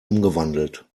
umgewandelt